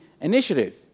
initiative